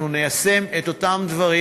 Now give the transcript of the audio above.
אנחנו ניישם את אותם דברים,